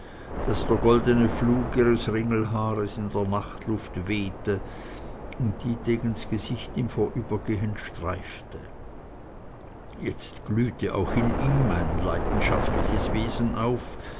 daß der goldene flug ihres ringelhaares in der nachtluft wehte und dietegen gesicht im vorübergehen streifte jetzt glühte auch in ihm ein leidenschaftliches wesen auf